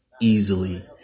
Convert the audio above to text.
easily